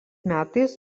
metais